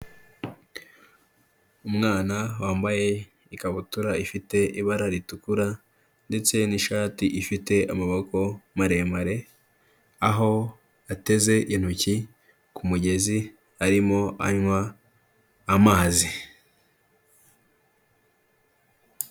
Umwana wambaye ikabutura ifite ibara ritukura ndetse n'ishati ifite amaboko maremare, aho ateze intoki kumugezi arimo anywa amazi.